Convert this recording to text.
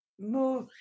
move